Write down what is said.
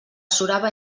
surava